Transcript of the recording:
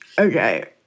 Okay